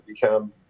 become